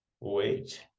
wait